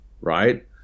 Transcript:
right